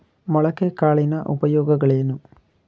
ಮೊಳಕೆ ಕಾಳಿನ ಉಪಯೋಗಗಳೇನು?